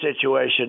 situation